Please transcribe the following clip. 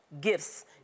gifts